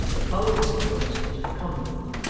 they followed mr willet into the common room,